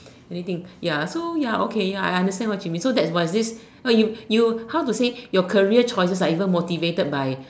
anything ya so ya okay ya I understand what you mean so that's was this no you you how to say your career choices are even motivated by